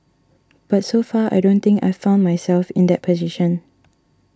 but so far I don't think I've found myself in that position